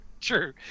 true